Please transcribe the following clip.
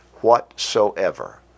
whatsoever